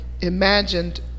imagined